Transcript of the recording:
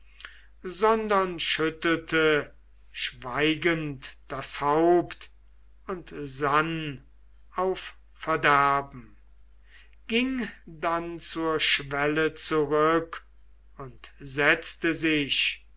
sondern schüttelte schweigend das haupt und sann auf verderben ging dann zur schwelle zurück und setzte sich